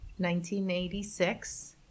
1986